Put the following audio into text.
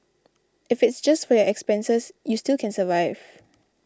if it's just for your expenses you still can survive